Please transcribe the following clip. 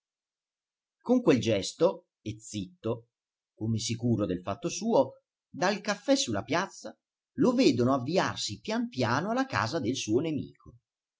con quel gesto e zitto come sicuro del fatto suo dal caffè sulla piazza lo vedono avviarsi pian piano alla casa del suo nemico